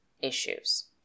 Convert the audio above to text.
issues